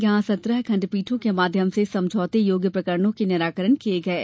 यहां सत्रह खण्डपीठों के माध्यम से समझौता योग्य प्रकरणों के निराकरण किये गये